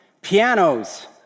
pianos